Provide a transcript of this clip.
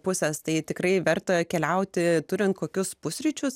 pusės tai tikrai verta keliauti turint kokius pusryčius